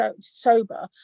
sober